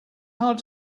hard